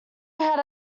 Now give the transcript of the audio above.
had